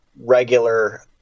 regular